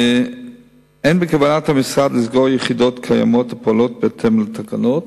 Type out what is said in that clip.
אין בכוונת המשרד לסגור יחידות קיימות הפועלות בהתאם לתקנות,